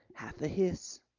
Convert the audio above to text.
half a hiss,